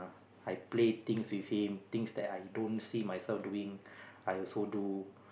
I play things with him things that I don't see myself doing I also do